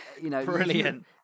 Brilliant